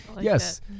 Yes